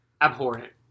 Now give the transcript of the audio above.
abhorrent